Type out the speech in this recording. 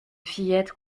fillettes